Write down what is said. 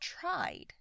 tried